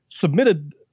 Submitted